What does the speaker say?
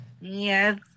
Yes